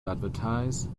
advertise